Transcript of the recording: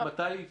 מתי היא התחילה?